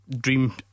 Dream